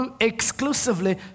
exclusively